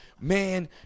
man